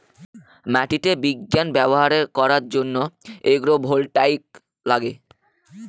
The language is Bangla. মাটিতে বিজ্ঞান ব্যবহার করার জন্য এগ্রো ভোল্টাইক লাগে